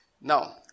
Now